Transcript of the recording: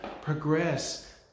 progress